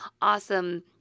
awesome